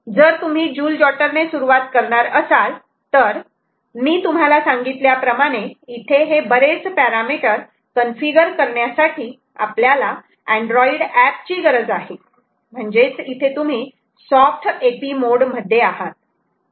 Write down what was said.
जर तुम्ही जुल जॉटर ने सुरुवात करणार असाल तर मी तुम्हाला सांगितल्याप्रमाणे इथे हे बरेच पॅरामिटर कन्फिगर करण्यासाठी आपल्याला अँड्रॉइड अँप ची गरज आहे म्हणजेच इथे तुम्ही सॉफ्ट AP मोड मध्ये आहात